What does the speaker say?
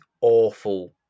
awful